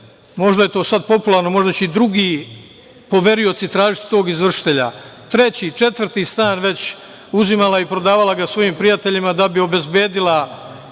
možda je to sad popularno, možda će i drugi poverioci tražiti tog izvršitelja, treći, četvrti stan već uzimala i prodavala ga svojim prijateljima da bi obezbedila